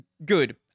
good